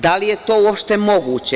Da li je to uopšte moguće?